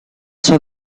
sua